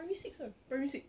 primary six ah primary six